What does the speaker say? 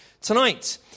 tonight